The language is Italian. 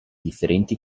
differenti